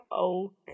Okay